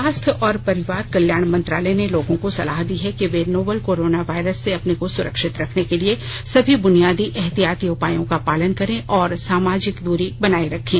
स्वास्थ्य और परिवार कल्याण मंत्रालय ने लोगों को सलाह दी है कि वे नोवल कोरोना वायरस से अपने को सुरक्षित रखने के लिए सभी बुनियादी एहतियाती उपायों का पालन करें और सामाजिक दूरी बनाए रखें